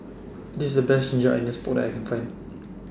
This IS The Best Ginger Onions Pork that I Can Find